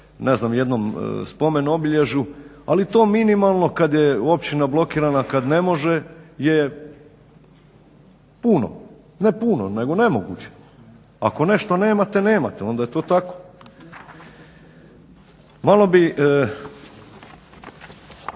prilaz jednom spomen obilježju ali to minimalno kada je općina blokirana i ne može je puno. Ne puno, nego nemoguće. Ako nešto nemate, nemate, onda je to tako. Malo bih